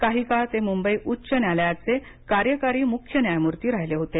काही काळ ते मुंबई उच्च न्यायालयाचे कार्यकारी मुख्य न्यायमूर्ती राहिले होते